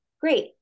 Great